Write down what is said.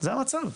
זה המצב.